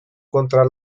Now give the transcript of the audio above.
contra